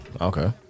Okay